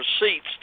receipts